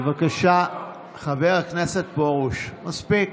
בבקשה, חבר הכנסת פרוש, מספיק.